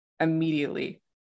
immediately